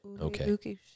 Okay